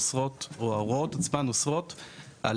שההוראות עצמן אוסרות על,